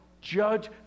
judge